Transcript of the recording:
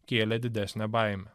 kėlė didesnę baimę